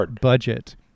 budget